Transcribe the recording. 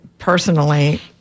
Personally